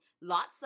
Lots